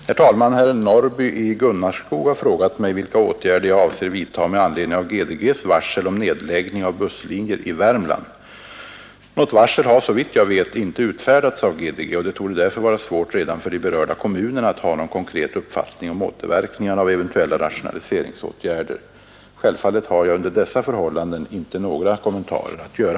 Herr talman! Herr Norrby i Gunnarskog har frågat mig vilka åtgärder jag avser vidtaga med anledning av GDG:s varsel om nedläggning av busslinjer i Värmland. Något varsel har — såvitt jag vet — inte utfärdats av GDG och det torde därför vara svårt för de berörda kommunerna att redan ha någon konkret uppfattning om återverkningarna av eventuella rationaliseringsåtgärder. Självfallet har jag under dessa förhållanden inte några kommentarer att göra.